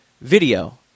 video